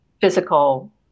physical